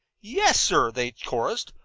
yes, sir, they chorused,